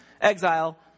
Exile